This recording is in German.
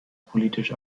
politisch